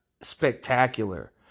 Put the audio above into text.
spectacular